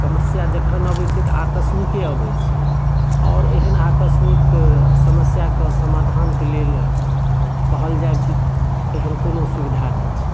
समस्या जखन अबै छै तऽ आकस्मिके अबै छै आओर एहन आकस्मिक समस्याके समाधानके लेल कहल जाइ कि एहन कोनो सुविधा नहि छै